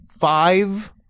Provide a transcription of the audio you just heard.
five